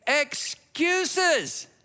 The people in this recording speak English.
excuses